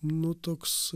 nu toks